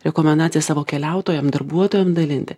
rekomendacijas savo keliautojam darbuotojam dalinti